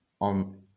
on